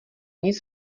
nic